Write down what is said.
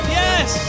yes